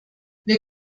wir